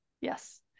yes